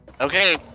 Okay